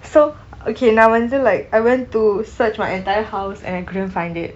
so okay நான் வந்து:naan vanthu like I went to search my entire house and I couldn't find it